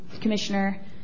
commissioner